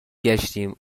گشتیم